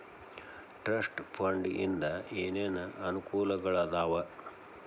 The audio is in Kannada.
ಟ್ರಸ್ಟ್ ಫಂಡ್ ಇಂದ ಏನೇನ್ ಅನುಕೂಲಗಳಾದವ